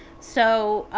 so